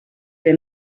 que